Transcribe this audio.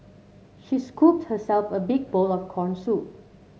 she scooped herself a big bowl of corn soup